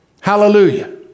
Hallelujah